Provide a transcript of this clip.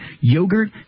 yogurt